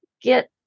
get